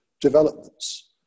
developments